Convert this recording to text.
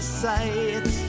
sight